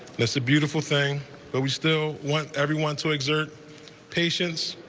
it's a beautiful thing but we still want everyone to exert patience,